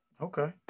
Okay